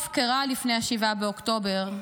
הופקרה לפני 7 באוקטובר,